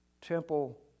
temple